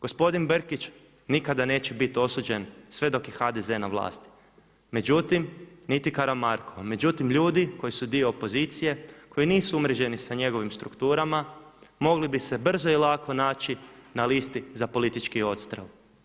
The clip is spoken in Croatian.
Gospodin Brkić nikada neće biti osuđen sve dok je HDZ na vlasti, međutim, niti Karamarko, međutim ljudi koji su dio opozicije, koji nisu umreženi sa njegovim strukturama mogli bi se brzo i lako naći na listi za politički odstrel.